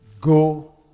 Go